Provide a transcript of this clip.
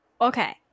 Okay